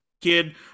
kid